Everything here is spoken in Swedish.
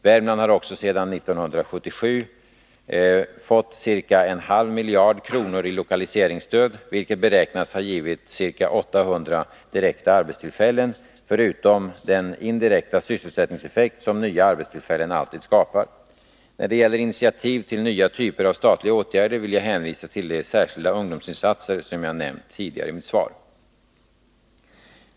Värmland har också sedan 1977 fått ca en halv miljard kronor i lokaliseringsstöd, vilket beräknas ha givit ca 800 direkta arbetstillfällen förutom den indirekta sysselsättningseffekt som nya arbetstillfällen alltid skapar. När det gäller initiativ till nya typer av statliga åtgärder vill jag hänvisa till de särskilda ungdomsinsatser som jag nämnt tidigare i mitt svar.